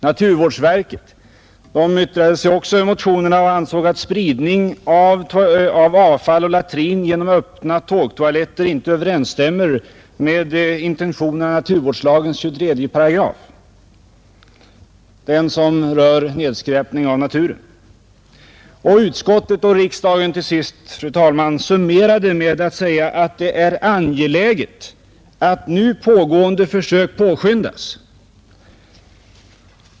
Naturvårdsverket yttrade sig också över motionen och ansåg att spridning av avfall och latrin genom öppna tågtoaletter inte överensstämmer med intentionerna i naturvårdslagens 23 §— den som rör nedskräpning av naturen. Utskottet och riksdagen till sist, fru talman, summerade med att säga att det är angeläget att nu pågående försök påskyndas.